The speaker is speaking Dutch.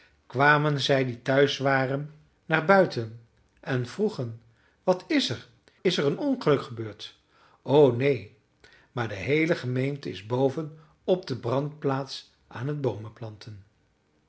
kwamen zij die thuis waren naar buiten en vroegen wat is er is er een ongeluk gebeurd o neen maar de heele gemeente is boven op de brandplaats aan t boomen planten